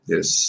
Yes